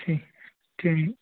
ਠੀਕ